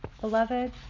Beloved